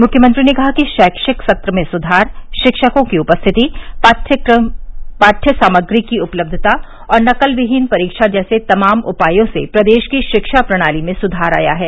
मुख्यमंत्री ने कहा कि शैक्षिक सत्र में सुधार शिक्षकों की उपस्थिति पाढ़य सामग्री की उपलब्धता और नकल विहीन परीक्षा जैसे तमाम उपायों से प्रदेश की शिक्षा प्रणाली में सुधार आया है